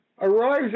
arrives